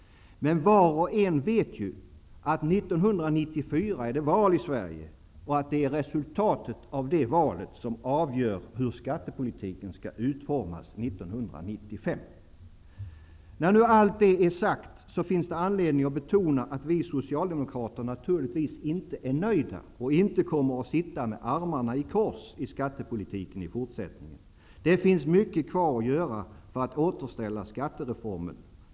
Men var och en vet ju att det är val i Sverige 1994 och att det är resultatet av det valet som avgör hur skattepolitiken skall utformas 1995. När nu allt detta är sagt finns det anledning att betona att vi socialdemokrater naturligtvis inte är nöjda och inte kommer att sitta med armarna i kors i skattepolitiken i fortsättningen. Det finns mycket kvar att göra t.ex. för att återställa skattereformen.